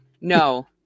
No